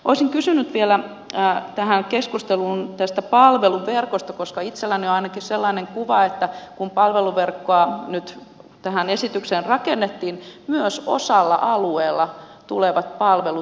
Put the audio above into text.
olisin kysynyt vielä tässä keskustelussa tästä palveluverkosta koska itselläni on ainakin sellainen kuva että kun palveluverkkoa nyt tähän esitykseen rakennettiin myös osalla alueista tulevat palvelut paranemaan